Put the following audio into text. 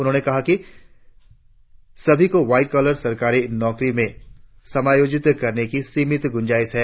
उन्होंने कहा कि सभी को वाईट कॉलर सरकारी नौकरी में समायोजित करने की सीमित गुंजाईश है